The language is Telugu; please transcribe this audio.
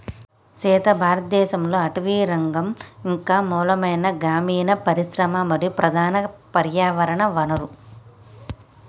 సీత భారతదేసంలో అటవీరంగం ఇంక మూలమైన గ్రామీన పరిశ్రమ మరియు ప్రధాన పర్యావరణ వనరు